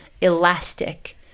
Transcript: elastic